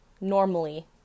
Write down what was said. normally